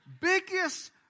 Biggest